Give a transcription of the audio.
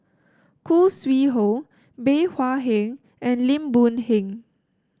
Khoo Sui Hoe Bey Hua Heng and Lim Boon Heng